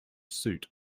suit